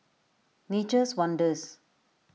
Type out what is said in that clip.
Nature's Wonders